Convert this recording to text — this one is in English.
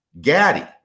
Gaddy